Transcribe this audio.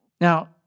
Now